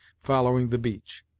following the beach.